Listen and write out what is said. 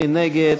מי נגד?